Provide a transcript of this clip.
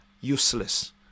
useless